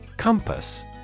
Compass